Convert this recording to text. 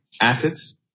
assets